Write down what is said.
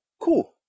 cool